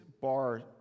bar